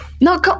No